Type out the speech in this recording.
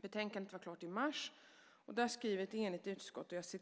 Betänkandet var klart i mars, och där skriver ett enigt utskott "att